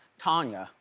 tanya.